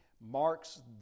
marks